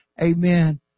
Amen